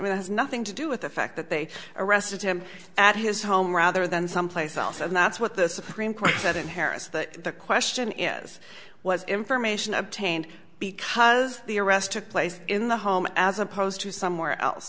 mean it has nothing to do with the fact that they arrested him at his home rather than someplace else and that's what the supreme court said in harris that the question is was information obtained because the arrest took place in the home as opposed to somewhere else